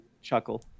chuckle